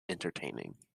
entertaining